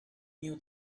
new